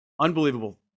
unbelievable